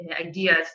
ideas